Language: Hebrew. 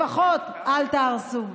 לפחות אל תהרסו.